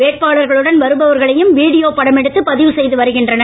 வேட்பாளர்களுடன் வருபவர்களையும் வீடியோ படமெடுத்து பதிவு செய்து வருகின்றனர்